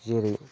जेरै